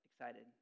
excited